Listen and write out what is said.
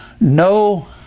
no